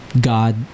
god